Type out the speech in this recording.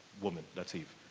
woman. that's eve.